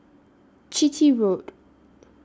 Chitty Road